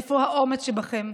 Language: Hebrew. איפה האומץ שבכם?